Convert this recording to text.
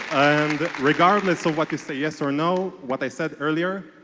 and regardless of what say yes or no, what i said earlier,